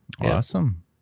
awesome